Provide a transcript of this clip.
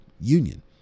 union